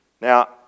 Now